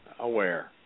aware